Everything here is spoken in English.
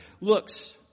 looks